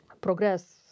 progress